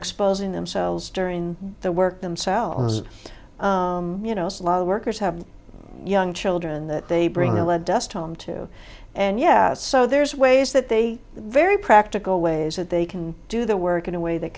exposing themselves during the work themselves you know slow workers have young children that they bring their lead dust home to and yeah so there's ways that they very practical ways that they can do the work in a way that